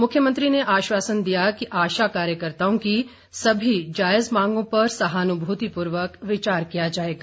मुख्यमंत्री ने आश्वासन दिया कि आशा कार्यकर्ताओं की सभी जायज मांगों पर सहानुभूति पूर्वक विचार किया जाएगा